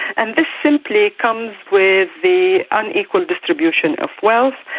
and this simply comes with the unequal distribution of wealth,